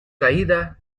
caída